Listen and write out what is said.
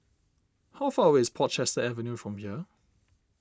how far away is Portchester Avenue from here